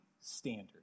standard